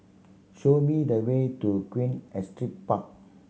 show me the way to Queen Astrid Park